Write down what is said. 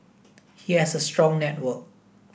he has a strong network